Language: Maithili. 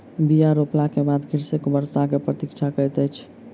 बीया रोपला के बाद कृषक वर्षा के प्रतीक्षा करैत अछि